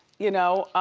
you know.